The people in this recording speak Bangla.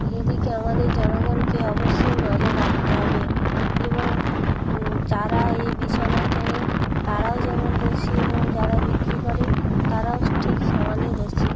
এ দিকে আমাদের জনগনকে অবশ্যই নজর রাখতে হবে এবং যারা এই বিছানা কেনে তারাও যেমন দোষী এবং যারা বিক্রি করে তারাও ঠিক সমানই দোষী